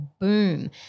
boom